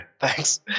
thanks